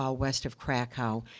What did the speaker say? ah west of krakow,